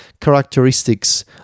characteristics